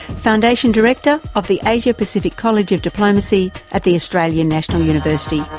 foundation director of the asia-pacific college of diplomacy at the australian national university,